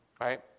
Right